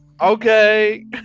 Okay